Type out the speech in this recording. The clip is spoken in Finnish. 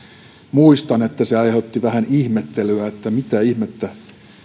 muistan että se aiheutti vähän ihmettelyä että mitä ihmettä